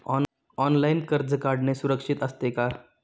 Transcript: Online कर्ज काढणे सुरक्षित असते का?